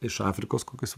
iš afrikos kokios